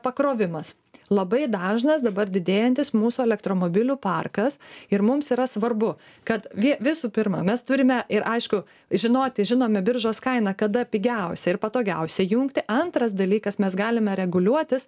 pakrovimas labai dažnas dabar didėjantis mūsų elektromobilių parkas ir mums yra svarbu kad vi visų pirma mes turime ir aišku žinoti žinome biržos kainą kada pigiausia ir patogiausia jungti antras dalykas mes galime reguliuotis